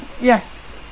Yes